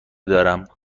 دارم